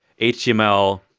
HTML